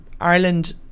Ireland